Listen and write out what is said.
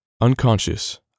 Unconscious